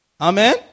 Amen